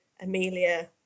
Amelia